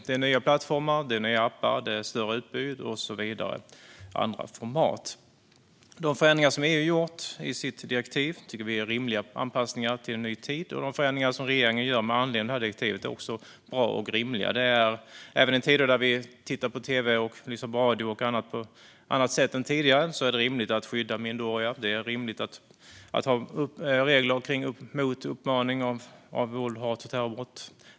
Det är nya plattformar, det är nya appar, det är större utbud, det är andra format och så vidare. De förändringar som EU gjort i sitt direktiv tycker vi är rimliga anpassningar till en ny tid, och de förändringar som regeringen gör med anledning av direktivet är också bra och rimliga. Även i tider där vi tittar på tv, lyssnar på radio och annat på ett annat sätt än tidigare är det rimligt att skydda minderåriga. Det är rimligt att ha regler mot uppmaning till våld, hat och terroristbrott.